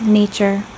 nature